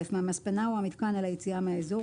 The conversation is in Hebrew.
מהמספנה או המיתקן אל היציאה מהאזור,